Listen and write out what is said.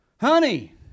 Honey